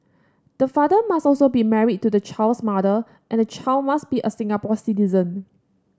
the father must also be married to the child's mother and the child must be a Singapore citizen